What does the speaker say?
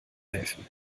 helfen